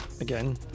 Again